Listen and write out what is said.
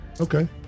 okay